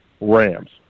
Rams